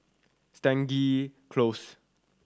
Stangee Close